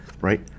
right